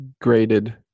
graded